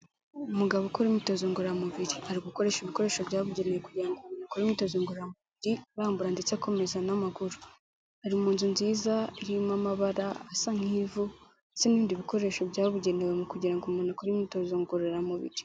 Umugabo ukora imyitozo ngororamubiri, ari gukoresha ibikoresho byabugenewe kugira ngo umuntu akore imyitozo ngororamubiri arambura ndetse akomeza n'amaguru ari mu nzu nziza irimo amabara asa nk'ivu ndetse n'ibindi bikoresho byabugenewe mu kugira ngo umuntu akore imyitozo ngororamubiri.